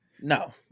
No